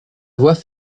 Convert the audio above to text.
voie